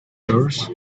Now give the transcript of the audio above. yours